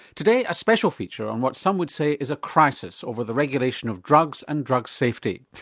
today a special feature on what some would say is a crisis over the regulation of drugs and drug safety.